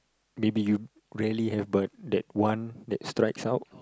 maybe you really have but that one that strikes out